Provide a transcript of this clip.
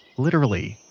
literally,